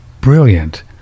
brilliant